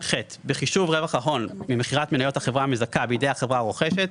(ח)בחישוב רווח ההון במכירת מניות החברה המזכה בידי החברה הרוכשת